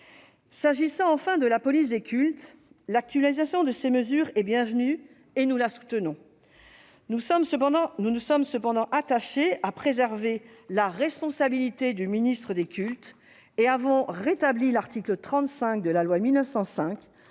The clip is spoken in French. J'en viens à la police des cultes. L'actualisation des mesures relatives à ce sujet est bienvenue, et nous la soutenons. Nous nous sommes cependant attachés à préserver la responsabilité du ministre des cultes et avons rétabli l'article 35 de la loi de 1905,